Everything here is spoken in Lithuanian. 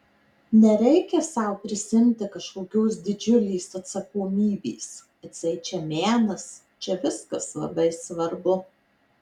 nereikia sau prisiimti kažkokios didžiulės atsakomybės atseit čia menas čia viskas labai svarbu